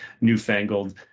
newfangled